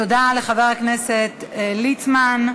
תודה לחבר הכנסת ליצמן.